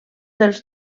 dels